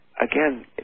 again